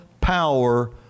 power